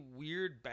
weird